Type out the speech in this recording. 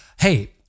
hey